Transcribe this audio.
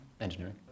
engineering